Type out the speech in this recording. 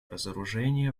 разоружения